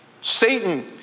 Satan